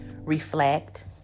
reflect